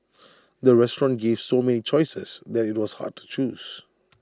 the restaurant gave so many choices that IT was hard to choose